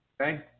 Okay